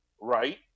right